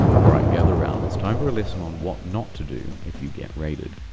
alright, gather around, it's time for a lesson on what not to do if you get raided